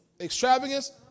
extravagance